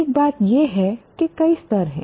एक बात यह है कि कई स्तर हैं